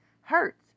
hurts